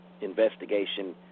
investigation